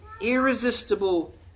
irresistible